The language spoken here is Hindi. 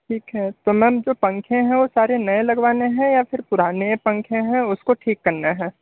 ठीक है तो मैम जो पंखे हैं वो सारे नए लगवाने हैं या फिर पुराने पंखे हैं उसको ठीक करना है